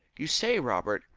you say, robert,